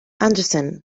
anderson